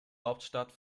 hauptstadt